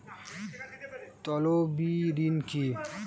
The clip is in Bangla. তলবি ঋন কি?